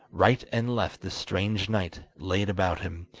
right and left this strange knight laid about him,